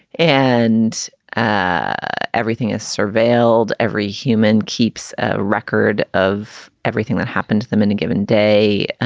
and ah everything is surveilled. every human keeps a record of everything that happened to them in a given day.